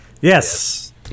Yes